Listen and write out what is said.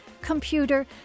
computer